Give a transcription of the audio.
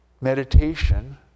meditation